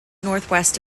northwest